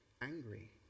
angry